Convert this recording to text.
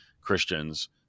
Christians